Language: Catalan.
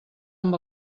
amb